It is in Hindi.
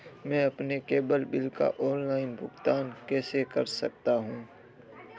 मैं अपने केबल बिल का ऑनलाइन भुगतान कैसे कर सकता हूं?